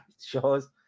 shows